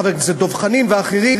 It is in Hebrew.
חבר כנסת דב חנין ואחרים,